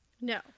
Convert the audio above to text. No